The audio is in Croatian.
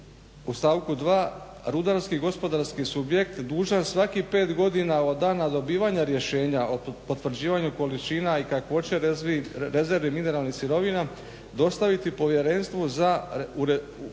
u stavku 2. rudarski gospodarski subjekt dužan svakih pet godina od dana dobivanja rješenja o potvrđivanju količina i kakvoće rezervi mineralnih sirovina dostaviti povjerenstvu za utvrđivanje